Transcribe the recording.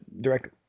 direct